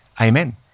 amen